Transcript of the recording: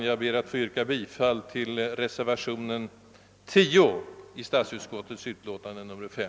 Jag ber att få yrka bifall till reservationen 10 i statsutskottets utlåtande nr 5.